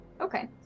Okay